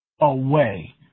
away